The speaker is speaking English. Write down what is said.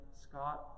Scott